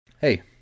hey